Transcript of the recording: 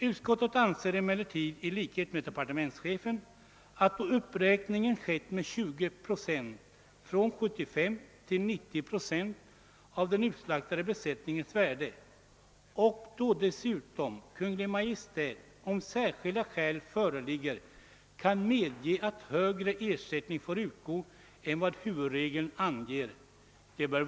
Utskottet anser emellertid i likhet med departementschefen att det bör vara till fyllest då uppräkning skett med 20 procent, från 75 procent till 90 procent av den utslaktade besättningens värde och då dessutom Kungl. Maj:t, om särskilda skäl föreligger, kan medge att högre ersättning får utgå än vad huvudregeln föreskriver.